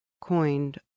coined